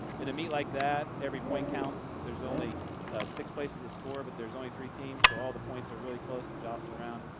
in a meet like that, every point counts. there's only six places that score, but only three teams. so all the points are really close and jostle around.